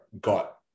got